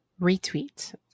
Retweet